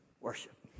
Worship